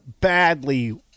badly